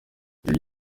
ibyo